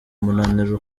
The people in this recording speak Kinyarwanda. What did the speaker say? umunaniro